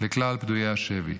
לכלל פדויי השבי.